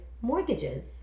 mortgages